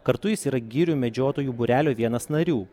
kartu jis yra girių medžiotojų būrelio vienas narių